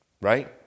right